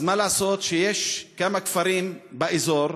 אז מה לעשות שיש כמה כפרים באזור